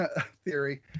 theory